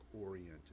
oriented